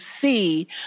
see